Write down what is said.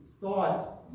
thought